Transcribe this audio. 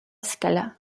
scala